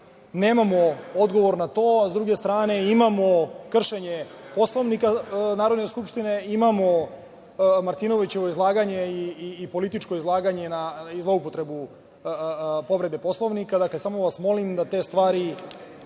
nemamo odgovor na to, a s druge strane imamo kršenje Poslovnika Narodne skupštine, imamo Martinovićevo izlaganje i političko izlaganje i zloupotrebu povrede Poslovnika. Dakle, samo vas molim da te stvari